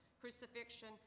crucifixion